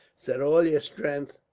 set all your strength